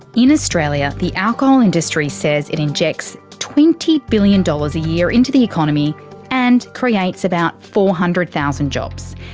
in australia the alcohol industry says it injects twenty billion dollars a year into the economy and creates about four hundred thousand jobs.